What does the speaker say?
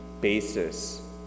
basis